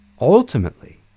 Ultimately